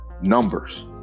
numbers